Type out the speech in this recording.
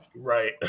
right